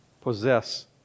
possess